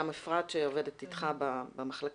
גם לאפרת שעובדת אתך במחלקה.